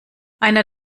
einer